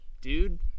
dude